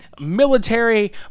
military